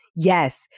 Yes